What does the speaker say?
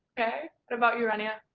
okay, what about you rania?